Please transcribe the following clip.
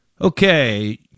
Okay